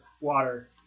water